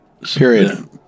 Period